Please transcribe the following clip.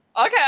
Okay